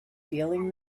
feeling